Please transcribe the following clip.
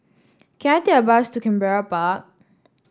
can I take a bus to Canberra Park